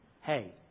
hey